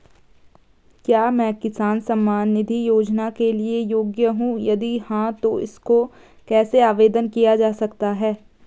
क्या मैं किसान सम्मान निधि योजना के लिए योग्य हूँ यदि हाँ तो इसको कैसे आवेदन किया जा सकता है?